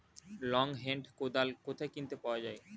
Long hand কোদাল কোথায় কিনতে পাওয়া যায়?